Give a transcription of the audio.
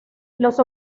los